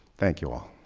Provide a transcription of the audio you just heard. thank you, all.